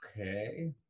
okay